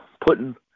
putting